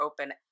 open